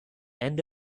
end